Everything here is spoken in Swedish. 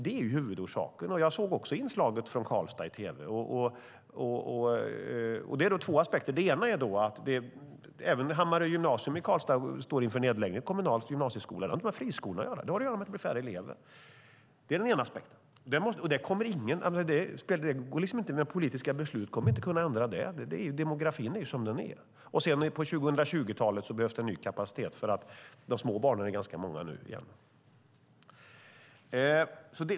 Det är huvudorsaken. Jag såg inslaget från Karlstad i tv. Det är två aspekter. Om nu Hammarögymnasiet i Karlstad står inför nedläggning, en kommunal gymnasieskola, är det precis vad friskolorna gör därför att de har allmänt färre elever. Det är den ena aspekten. Det går inte att med politiska beslut ändra det. Demografin är sådan den är. På 2020-talet kommer det att behövas ny kapacitet, för de små barnen är ganska många nu igen.